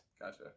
Gotcha